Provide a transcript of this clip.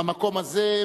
במקום הזה,